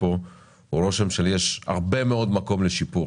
פה הוא רושם של יש הרבה מאוד מקום לשיפור